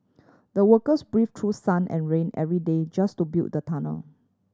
the workers braved through sun and rain every day just to build the tunnel